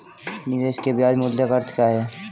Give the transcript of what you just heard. निवेश के ब्याज मूल्य का अर्थ क्या है?